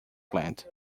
plant